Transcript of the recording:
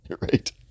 Right